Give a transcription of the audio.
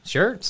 Sure